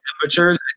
temperatures